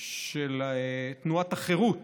של תנועת החרות,